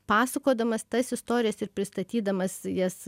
pasakodamas tas istorijas ir pristatydamas jas